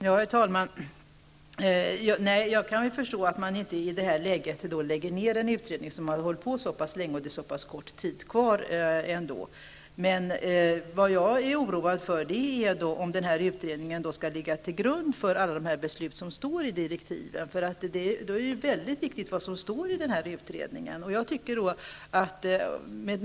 Herr talman! Nej, jag kan förstå att man i det här läget inte lägger ned en utredning som har hållit på så pass länge och har så pass kort tid kvar. Jag är dock oroad för att den här utredningen skall ligga till grund för alla de beslut som tas upp i direktiven. I så fall är det mycket viktigt vad som står i utredningen.